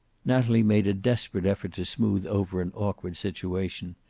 natalie made a desperate effort to smooth over an awkward situation.